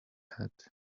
head